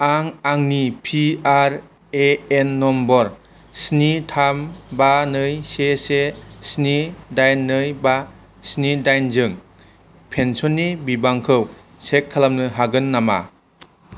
आं आंनि P R A N number स्नि थाम बा नै से से स्नि दाइन नै बा स्नि दाइनजों पेन्सननि बिबांखौ चेक खालामनो हागोन नामा